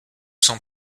son